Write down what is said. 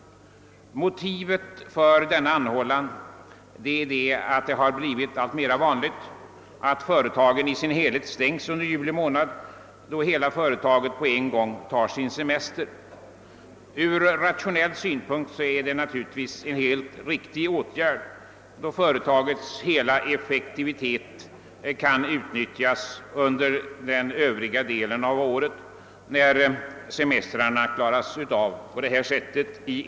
Motivet för denna anhållan är att det blivit allt vanligare att företagen håller stängt under juli månad och att personalen då tar semester. Ur rationell synpunkt är detta naturligtvis en riktig åtgärd, eftersom företagets hela effektivitet därigenom kan utnyttjas under den övriga delen av året, när semestrarna har klarats av i ett sammanhang.